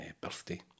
birthday